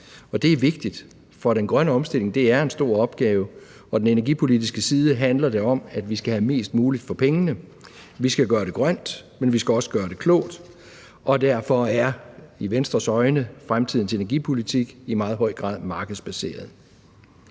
det er vigtigt, for den grønne omstilling er en stor opgave, og på den energipolitiske side handler det om, at vi skal have mest muligt for pengene. Vi skal gøre det grønt, men vi skal også gøre det klogt, og derfor er fremtidens energipolitik i Venstres øjne i meget høj grad markedsbaseret.